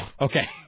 Okay